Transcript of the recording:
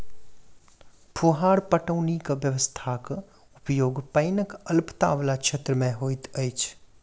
फुहार पटौनी व्यवस्थाक उपयोग पाइनक अल्पता बला क्षेत्र मे होइत अछि